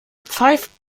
pfeift